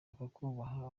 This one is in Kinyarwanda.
ukabaha